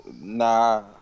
Nah